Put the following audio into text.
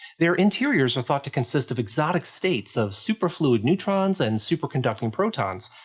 their interiors are thought to consist of exotic states of superfluid neutrons and superconducting protons,